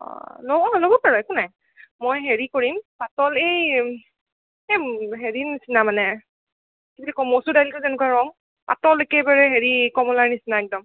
অঁ ল'ব ল'ব পাৰ একো নাই মই হেৰি কৰিম পাতল এই এই হেৰিৰ নিচিনা মানে কি বুলি ক'ম মচুৰ দাইলটো যেনেকুৱা ৰং পাতল একেবাৰে হেৰি কমলাৰ নিচিনা একদম